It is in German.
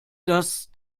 dass